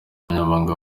umunyamabanga